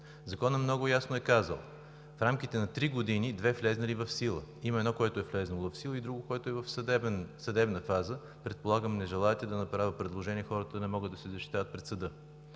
Законът много ясно е казал: в рамките на три години две влезнали в сила. Има едно, което е влезнало в сила, и друго, което е в съдебна фаза. Предполагам не желаете да направя предложение хората да не могат да се защитават пред съда.